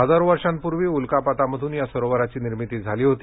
हजारो वर्षापूर्वी उल्कापातामधून या सरोवराची निर्मिती झाली होती